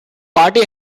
party